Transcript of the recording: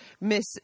miss